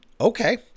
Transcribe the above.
Okay